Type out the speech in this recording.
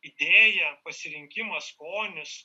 idėja pasirinkimas skonis